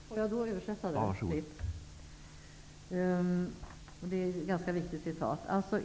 Herr talman! Jag skall översätta detta citat som är ganska viktigt.